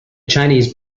chinese